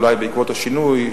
אולי בעקבות השינוי,